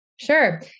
Sure